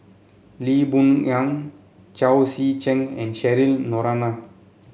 Lee Boon Ngan Chao Tzee Cheng and Cheryl Noronha